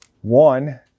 One